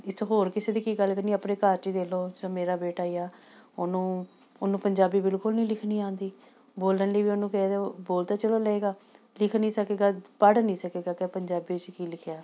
ਇੱਥੋਂ ਹੋਰ ਕਿਸੇ ਦੀ ਕੀ ਗੱਲ ਕਰਨੀ ਆਪਣੇ ਘਰ 'ਚ ਦੇਖ ਲਓ ਮੇਰਾ ਬੇਟਾ ਹੀ ਆ ਉਹਨੂੰ ਉਹਨੂੰ ਪੰਜਾਬੀ ਬਿਲਕੁਲ ਨਹੀਂ ਲਿਖਣੀ ਆਉਂਦੀ ਬੋਲਣ ਲਈ ਵੀ ਉਹਨੂੰ ਕਹਿ ਦਿਓ ਬੋਲ ਤਾਂ ਚਲੋ ਲਏਗਾ ਲਿਖ ਨਹੀਂ ਸਕੇਗਾ ਪੜ੍ਹ ਨਹੀਂ ਸਕੇਗਾ ਕਿ ਪੰਜਾਬੀ 'ਚ ਕੀ ਲਿਖਿਆ